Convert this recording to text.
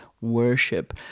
worship